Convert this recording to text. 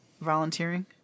volunteering